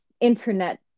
internet